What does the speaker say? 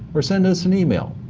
or send us an email.